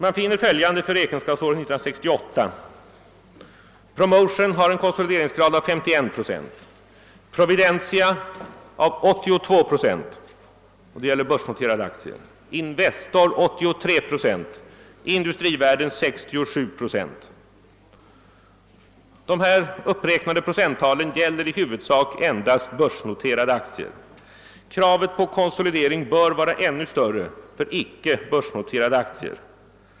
Man finner följande för räkenskapsåret 1968. De uppräknade siffrorna gäller i huvudsak endast börsnoterade aktier. Kravet på konsolidering bör vara ännu större för icke börsnoterade aktier.